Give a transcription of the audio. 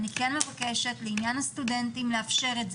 אני כן מבקשת לעניין הסטודנטים לאפשר את זה.